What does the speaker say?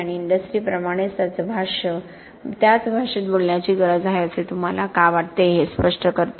आणि इंडस्ट्रीप्रमाणेच त्याच भाषेत बोलण्याची गरज आहे असे तुम्हाला का वाटते हे स्पष्ट करते